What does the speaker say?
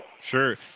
sure